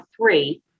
three